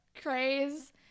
craze